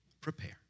prepare